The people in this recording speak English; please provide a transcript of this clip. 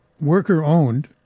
worker-owned